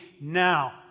now